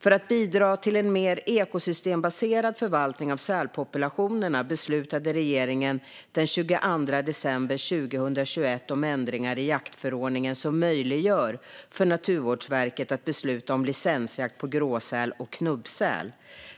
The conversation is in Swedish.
För att bidra till en mer ekosystembaserad förvaltning av sälpopulationerna beslutade regeringen den 22 december 2021 om ändringar i jaktförordningen som möjliggör för Naturvårdsverket att besluta om licensjakt på gråsäl och knubbsäl.